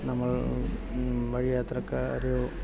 നമ്മൾ വഴിയാത്രക്കാരെ